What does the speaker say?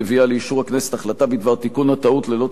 תיקון הטעות ללא צורך בהליך החקיקה המלא.